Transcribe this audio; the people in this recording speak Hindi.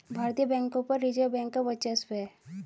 भारतीय बैंकों पर रिजर्व बैंक का वर्चस्व है